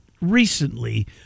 recently